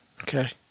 Okay